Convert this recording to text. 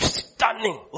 stunning